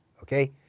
okay